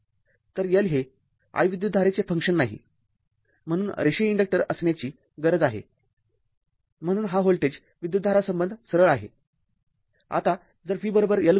तर L हे I विद्युतधारेचे फंक्शन नाही म्हणून रेषीय इन्डक्टर असण्याची गरज आहे म्हणून हा व्होल्टेज विद्युतधारा संबंध सरळ आहे